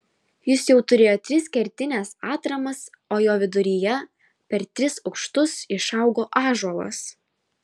jis jau turėjo tris kertines atramas o jo viduryje per tris aukštus išaugo ąžuolas